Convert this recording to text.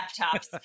laptops